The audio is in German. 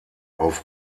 auf